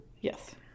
Yes